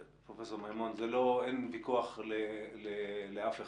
פרופ' מימון, אין ויכוח לאף אחד.